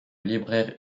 libraire